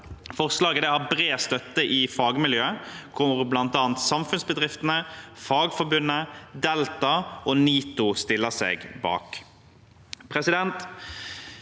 Forslaget har bred støtte i fagmiljøet, og bl.a. Samfunnsbedriftene, Fagforbundet, Delta og NITO stiller seg bak